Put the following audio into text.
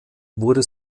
wurde